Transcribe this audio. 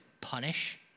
punish